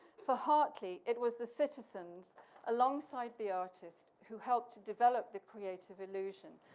for hartley, it was the citizens alongside the artist who helped to develop the creative illusion.